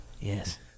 Yes